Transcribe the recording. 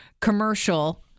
commercial